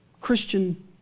Christian